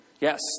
Yes